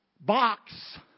box